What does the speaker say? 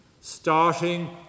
starting